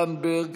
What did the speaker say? תמר זנדברג